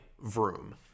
Vroom